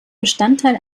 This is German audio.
bestandteil